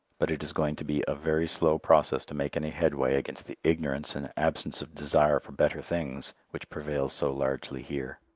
but it is going to be a very slow process to make any headway against the ignorance and absence of desire for better things which prevails so largely here.